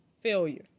failure